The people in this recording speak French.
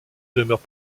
demeure